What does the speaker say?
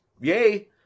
Yay